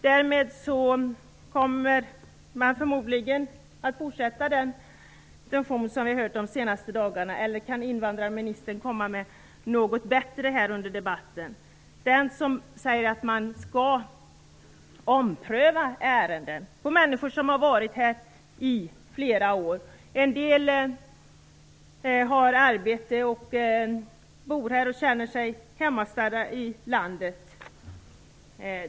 Därmed kommer man förmodligen att fortsätta den diskussion som vi hört de senaste dagarna, såvida inte invandrarministern kan komma med något bättre här under debatten. Det finns de som säger att man skall ompröva ärenden för människor som har varit här i flera år - en del har arbete, bor här och känner sig hemmastadd i landet.